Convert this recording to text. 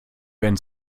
wenn